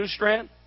Newstrand